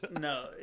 no